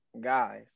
Guys